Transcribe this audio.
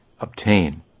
obtain